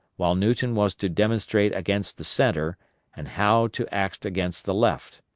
while newton was to demonstrate against the centre and howe to act against the left.